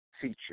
feature